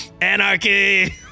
Anarchy